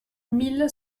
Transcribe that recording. mille